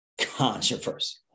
controversy